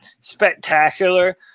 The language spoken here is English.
spectacular